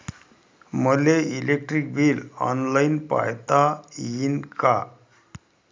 मले electric bill online पायता येईन का?